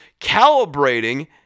calibrating